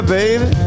baby